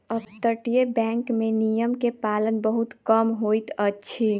अपतटीय बैंक में नियम के पालन बहुत कम होइत अछि